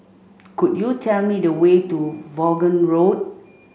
could you tell me the way to Vaughan Road